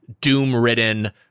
doom-ridden